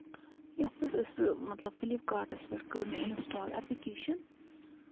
یَتھ پٮ۪ٹھ أسۍ مطلب فِلِپ کارٹَس پٮ۪ٹھ کٔر مےٚ اِنسٹال ایپلِکیشَن